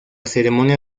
ceremonia